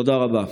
תודה רבה.